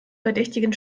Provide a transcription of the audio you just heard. verdächtigen